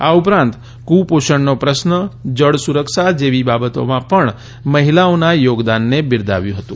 આ ઉપરાંત કુપોષણનો પ્રશ્ન જળ સુરક્ષા જેવી બાબતોમાં પણ મહિલાઓના યોગદાનને બિરદાવ્યું હતું